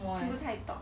听不太懂你